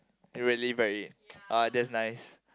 really very oh that's nice